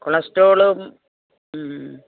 കൊളസ്ട്രോളും മ്